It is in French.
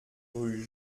rue